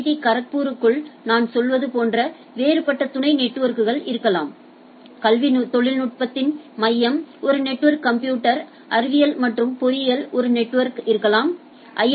D கரக்பூருக்குள் நான் சொல்வது போன்ற வேறுபட்ட துணை நெட்வொர்க்குகள் இருக்கலாம் கல்வி தொழில்நுட்பத்தின் மையம் ஒரு நெட்ஒர்க் கம்ப்யூட்டர் அறிவியல் மற்றும் பொறியியல் துறை ஒரு நெட்வொர்க்காக இருக்கலாம் ஐ